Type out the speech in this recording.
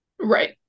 Right